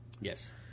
Yes